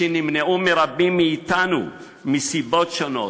שנמנעו מרבים מאתנו מסיבות שונות.